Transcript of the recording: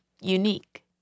unique